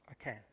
Okay